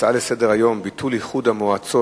הצעה לסדר-היום: ביטול איחוד המועצות